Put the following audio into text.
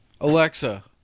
Alexa